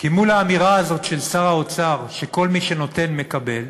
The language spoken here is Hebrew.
כי מול האמירה הזאת של שר האוצר שכל מי שנותן מקבל,